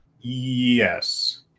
Yes